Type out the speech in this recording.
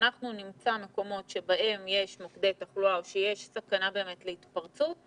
כשאנחנו נמצא מקומות שבהם יש מוקדי תחלואה או שיש סכנה אמיתית להתפרצות,